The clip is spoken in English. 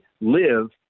live